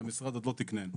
שהמשרד עוד תיקנן.